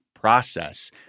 process